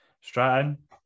stratton